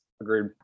Agreed